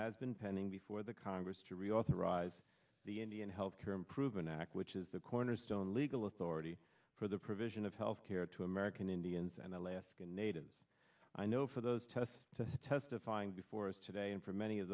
has been pending before the congress to reauthorize the indian health care improvement act which is the cornerstone legal authority for the provision of health care to american indians and alaska natives i know for those tests to testifying before us today and for many of